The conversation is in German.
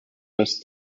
das